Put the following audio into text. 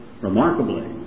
remarkably